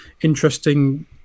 interesting